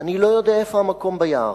אני לא יודע איפה המקום ביער,